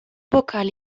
bokal